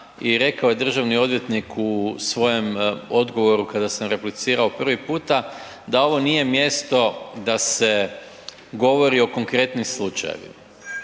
i rekao je državni odvjetnik u svojem odgovoru kada sam replicirao prvi puta da ovo nije mjesto da se govori o konkretnim slučajevima,